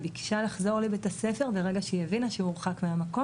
היא ביקשה לחזור לבית הספר ברגע שהיא הבינה שהיא הורחק מהמקום,